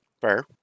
Fair